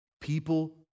People